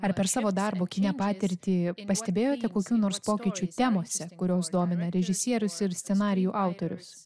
ar per savo darbo kine patirtį pastebėjote kokių nors pokyčių temose kurios domina režisierius ir scenarijų autorius